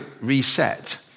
reset